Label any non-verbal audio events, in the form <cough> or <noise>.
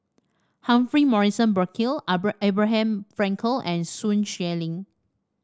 Humphrey Morrison Burkill <unintelligible> Abraham Frankel and Sun Xueling